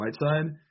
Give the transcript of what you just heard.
Whiteside